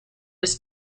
his